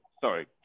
sorry